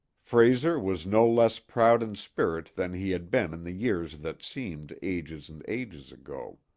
frayser was no less proud in spirit than he had been in the years that seemed ages and ages ago.